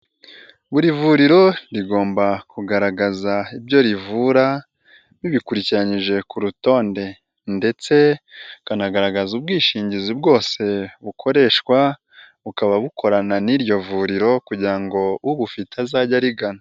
Buri vuriro rigomba kugaragaza ibyo rivura bibikurikiranyije ku rutonde, ndetse rikanagaragaza ubwishingizi bwose bukoreshwa, bukaba bukorana n'iryo vuriro kugira ngo ubufite azajye arigana.